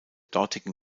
dortigen